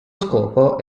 scopo